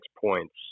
points